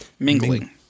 Mingling